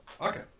Okay